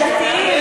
דתיים,